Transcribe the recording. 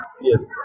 Yes